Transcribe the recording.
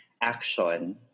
action